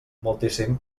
moltíssim